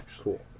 cool